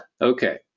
Okay